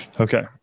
Okay